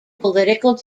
political